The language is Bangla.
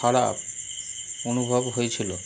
খারাপ অনুভব হয়েছিল